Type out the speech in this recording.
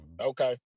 Okay